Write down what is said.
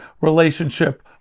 relationship